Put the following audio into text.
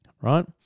Right